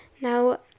now